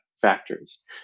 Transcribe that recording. factors